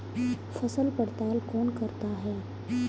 फसल पड़ताल कौन करता है?